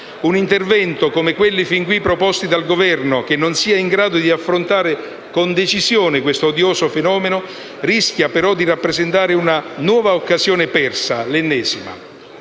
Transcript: Un intervento, come quelli fin qui proposti dal Governo, che non sia in grado di affrontare con decisione questo odioso fenomeno rischia, però, di rappresentare una nuova occasione persa: l'ennesima.